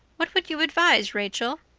what would you advise, rachel?